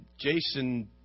Jason